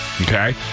Okay